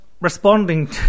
Responding